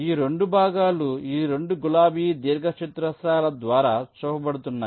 ఈ 2 భాగాలు ఈ 2 గులాబీ దీర్ఘచతురస్రాల ద్వారా చూపబడుతున్నాయి